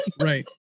right